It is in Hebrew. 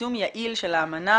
ליישום יעיל של האמנה